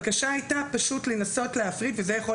הבקשה הייתה לנסות ולהפריד וזה יכול